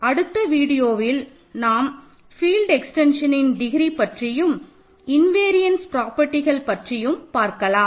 அடுத்த வீடியோவில் நாம் ஃபீல்டு எக்ஸ்டென்ஷன்னின் டிகிரி பற்றியும் இன்வரியன்ட்ன் ப்ராப்பர்ட்டிகள் பற்றியும் பார்க்கலாம்